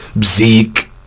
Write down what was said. Zeke